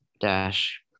dash